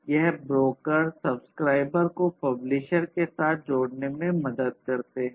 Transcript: यह ब्रोकरसब्सक्राइबर को पब्लिशर के साथ जोड़ने में मदद करते हैं